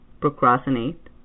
procrastinate